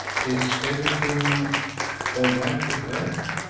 is everything all right with her?